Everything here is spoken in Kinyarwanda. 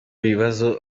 bibazo